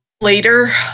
later